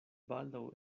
baldaŭ